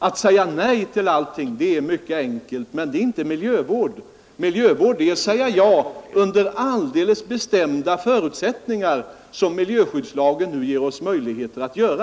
Att säga nej till allting är mycket enkelt, men det är inte miljövård — miljövård är att säga ja under alldeles bestämda förutsättningar, något som miljöskyddslagen nu ger oss möjlighet att göra.